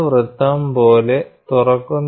നമ്മൾ crack length a plus ഡെൽറ്റയായി എടുക്കുന്നു